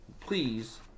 please